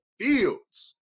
Fields